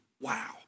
Wow